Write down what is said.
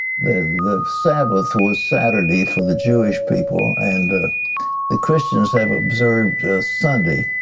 the the sabbath was saturday for the jewish people and the christians have observed sunday.